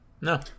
No